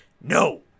No